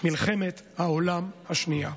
מלחמת העולם השנייה.